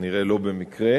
וכנראה לא במקרה,